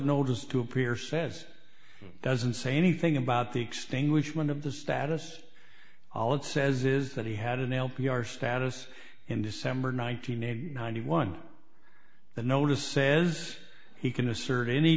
notice to appear says doesn't say anything about the extinguishment of the status all it says is that he had an l p r status in december nine hundred and ninety one the notice says he can assert any